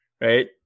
right